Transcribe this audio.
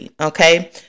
okay